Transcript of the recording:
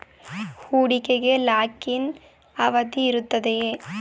ಹೂಡಿಕೆಗೆ lock in ಅವಧಿ ಇರುತ್ತದೆಯೇ?